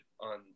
on